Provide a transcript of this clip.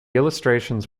illustrations